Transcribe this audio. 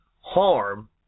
harm